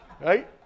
Right